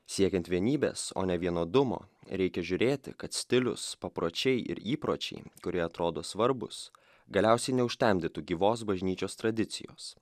siekiant vienybės o ne vienodumo reikia žiūrėti kad stilius papročiai ir įpročiai kurie atrodo svarbūs galiausiai neužtemdytų gyvos bažnyčios tradicijos